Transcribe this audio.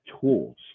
tools